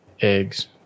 eggs